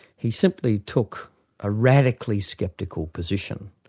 he simply took a radically sceptical position.